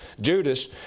Judas